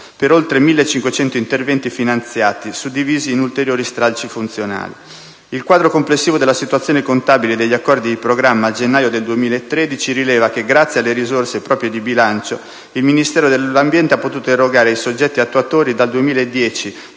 per oltre 1.500 interventi finanziati, suddivisi in ulteriori stralci funzionali. Il quadro complessivo della situazione contabile degli accordi di programma, al gennaio 2013, rivela che, grazie alle risorse proprie di bilancio, il Ministero dell'ambiente ha potuto erogare ai soggetti attuatori, dal 2010